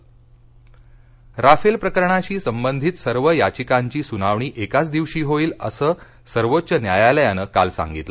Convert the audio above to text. Rafale Rafale प्रकरणाशी संबंधित सर्व याचिकांची सुनावणी एकाच दिवशी होईल असं सर्वोच्च न्यायालयानं काल सांगितलं